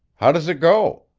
how does it go?